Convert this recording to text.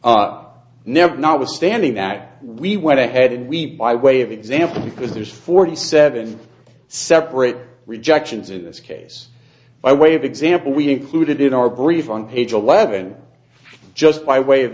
notwithstanding that we went ahead and we by way of example because there's forty seven separate rejections in this case by way of example we included in our brief on page eleven just by way of